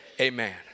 Amen